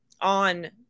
on